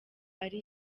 ari